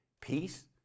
peace